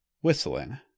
whistling